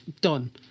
done